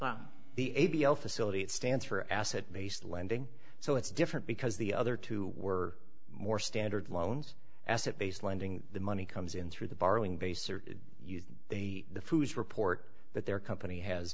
facility the a b l facility it stands for asset based lending so it's different because the other two were more standard loans asset based lending the money comes in through the borrowing base are you they the foos report that their company has